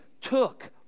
took